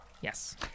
Yes